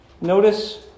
Notice